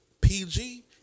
PG